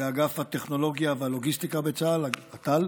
באגף הטכנולוגיה והלוגיסטיקה בצה"ל, אט"ל,